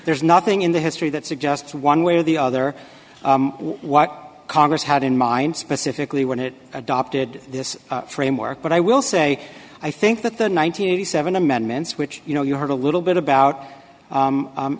there's nothing in the history that suggests one way or the other what congress had in mind specifically when it adopted this framework but i will say i think that the nine hundred and eighty seven amendments which you know you heard a little bit about